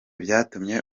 byatumye